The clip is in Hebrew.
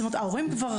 ההורים כבר,